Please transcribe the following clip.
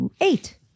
eight